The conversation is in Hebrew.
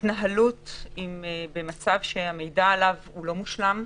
חלק מההתנהלות פה היא במצב שהמידע עליו הוא לא מושלם,